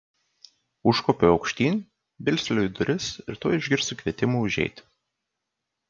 užkopiu aukštyn bilsteliu į duris ir tuoj išgirstu kvietimą užeiti